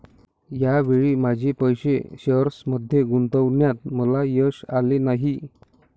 या वेळी माझे पैसे शेअर्समध्ये गुंतवण्यात मला यश आले नाही